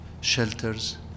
shelters